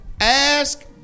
ask